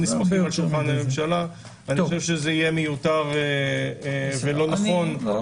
נסמכים על שולחן הממשלה זה יהיה מיותר לא נכון.